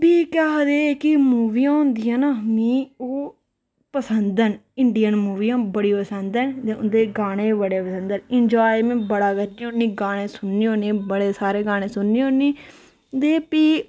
फ्ही केह् आखदे कि मूवियां होंदियां न मी ओह् पसंद न इंडियन मूवियां बड़ी पसंद न ते उंदे गाने बी बड़े पसंद न इंजाए मैं बड़ा करनी होन्नीं गाने सुननी होन्नीं बड़े सारे गाने सुननी होन्नीं ते फ्ही